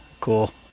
Cool